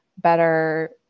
better